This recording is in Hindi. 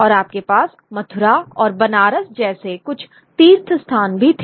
और आपके पास मथुरा और बनारस जैसे कुछ तीर्थ स्थान भी थे